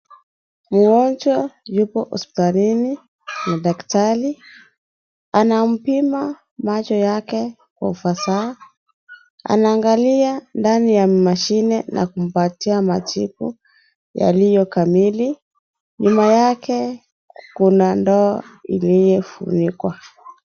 Mgonjwa yuko hospitalini, na daktari anampima macho yake, anaangalia ndani kwa ufasaha ndani ya mashine na kumpatia majibu yalio kamili, nyuma yake, kuna ndoo, iliyofunikwa.